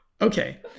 Okay